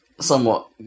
somewhat